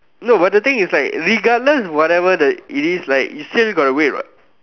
no but the thing is that regardless whatever that it is like you gotta to wait what